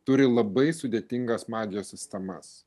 turi labai sudėtingas magijos sistemas